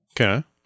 Okay